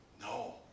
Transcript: No